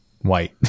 white